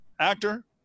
actor